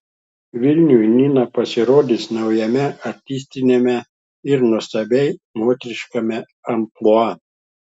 vilniui nina pasirodys naujame artistiniame ir nuostabiai moteriškame amplua